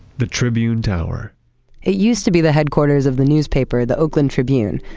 the tribune tower it used to be the headquarters of the newspaper, the oakland tribune.